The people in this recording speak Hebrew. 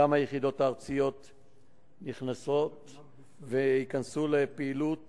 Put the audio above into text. גם היחידות הארציות נכנסות וייכנסו לפעילות